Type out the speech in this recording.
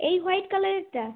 এই হোয়াইট কালারেরটা